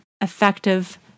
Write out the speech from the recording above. effective